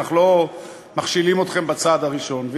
אנחנו לא מכשילים אתכם בצעד הראשון.